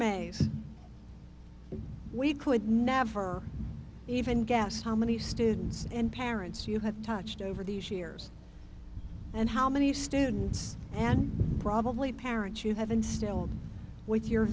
mason we could never even guess how many students and parents you have touched over these years and how many students and probably parents you have instilled with your